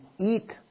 eat